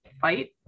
fight